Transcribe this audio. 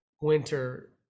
winter